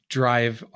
drive